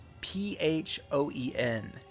P-H-O-E-N